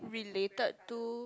related to